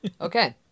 Okay